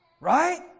Right